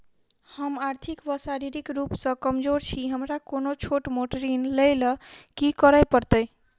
हम आर्थिक व शारीरिक रूप सँ कमजोर छी हमरा कोनों छोट मोट ऋण लैल की करै पड़तै?